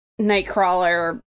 Nightcrawler